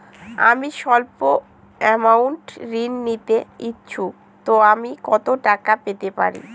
আমি সল্প আমৌন্ট ঋণ নিতে ইচ্ছুক তো আমি কত টাকা পেতে পারি?